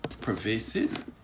pervasive